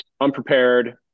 unprepared